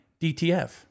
DTF